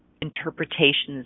interpretations